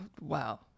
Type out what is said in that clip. wow